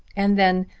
and then,